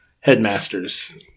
headmaster's